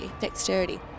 Dexterity